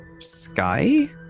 sky